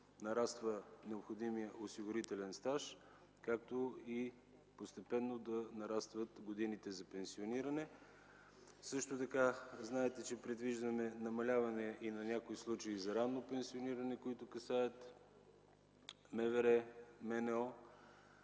нараства необходимият осигурителен стаж, както и постепенно да нарастват годините за пенсиониране. Също така знаете, че предвиждаме намаляване и на някои случаи за ранно пенсиониране, които касаят МВР, МНО.